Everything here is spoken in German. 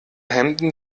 hemden